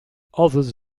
others